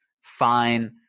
fine